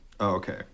okay